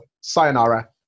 sayonara